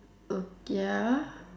oka~ ya